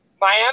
Miami